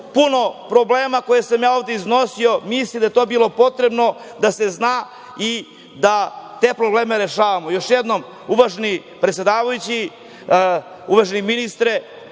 puno problema koje sam ja ovde iznosio. Mislim da je to bilo potrebno da se zna i da te probleme rešavamo. Još jednom, uvaženi predsedavajući, uvaženi ministre,